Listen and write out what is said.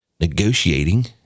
Negotiating